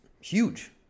huge